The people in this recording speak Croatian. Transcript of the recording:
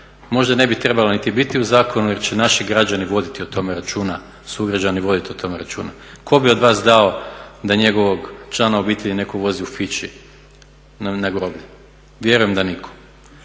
možda ne bi trebala niti biti u zakonu jer će naši građani voditi o tome računa, sugrađani voditi o tome računa. Tko bi od vas dao da njegovog člana obitelji netko vozi u fići na groblje? Vjerujem da nitko.